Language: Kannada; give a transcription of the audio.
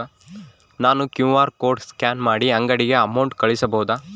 ನಾನು ಕ್ಯೂ.ಆರ್ ಕೋಡ್ ಸ್ಕ್ಯಾನ್ ಮಾಡಿ ಅಂಗಡಿಗೆ ಅಮೌಂಟ್ ಕಳಿಸಬಹುದಾ?